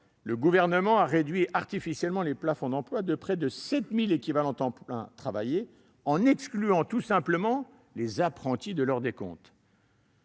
le Gouvernement a réduit artificiellement les plafonds d'emplois de près de 7 000 équivalents temps plein travaillés en excluant tout simplement les apprentis de leur décompte.